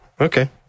Okay